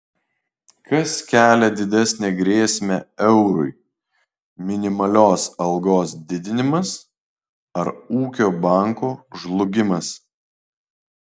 kas kelia didesnę grėsmę eurui minimalios algos didinimas ar ūkio banko žlugimas